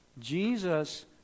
Jesus